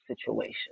situation